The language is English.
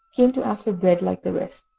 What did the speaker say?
came to ask for bread, like the rest.